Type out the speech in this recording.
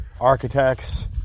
architects